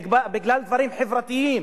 בגלל דברים חברתיים,